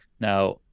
Now